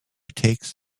takes